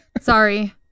Sorry